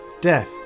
death